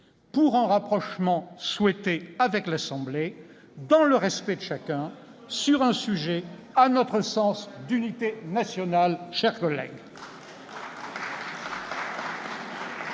pour un rapprochement souhaité avec l'Assemblée nationale, dans le respect de chacun, sur un sujet, à notre sens, d'unité nationale ! Chers collègues